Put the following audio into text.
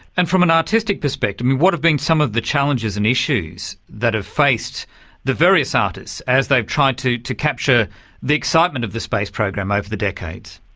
and from an artistic perspective what have been some of the challenges and issues that have faced the various artists as they have tried to to capture the excitement of the space program over ah the decades?